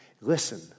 Listen